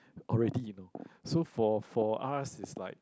already you know so for for us is like